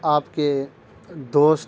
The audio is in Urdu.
آپ کے دوست